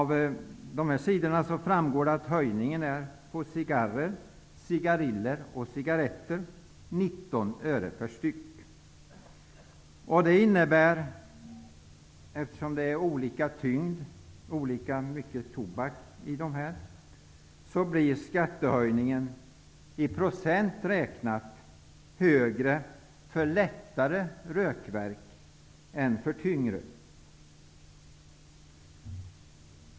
Där framgår att höjningen av skatten på cigarrer, cigariller och cigaretter är 19 öre per styck. Eftersom de har olika tyngd och olika mängd tobak blir skattehöjningen i procent räknat större för lättare rökverk än för tyngre.